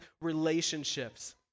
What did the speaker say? relationships